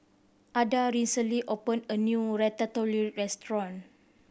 Adah recently opened a new Ratatouille Restaurant